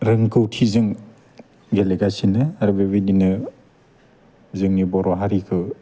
रोंगौथिजों गेलेगासिनो आरो बे बायदिनो जोंनि बर' हारिखौ